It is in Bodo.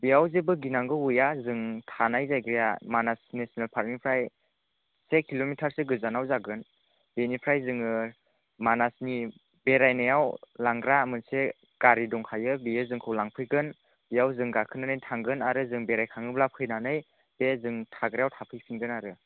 बेयाव जेबो गिनांगौ गैया जों थानाय जायगाया मानास नेसनेल पार्क निफ्राय से किल'मिटारसो गोजानाव जागोन बेनिफ्राइ जोङो मानासनि बेरायनायाव लांग्रा मोनसे गारि दंखायो बेयो जोंखौ लांफैगोन बेयाव जों गाखोनानै थांगोन आरो जों बेरायखांब्ला फैनानै जों थाग्राआव थाफै फिनगोन आरो